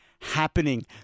happening